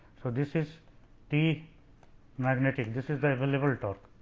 so, this is t magnetic this is the available torque.